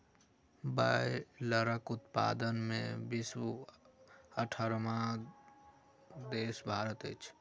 बायलरक उत्पादन मे विश्वक अठारहम देश भारत अछि